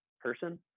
person